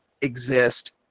exist